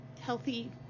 healthy